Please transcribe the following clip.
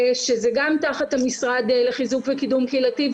שזה גם תחת המשרד לחיזוק וקידום קהילתי.